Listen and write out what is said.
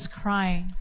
crying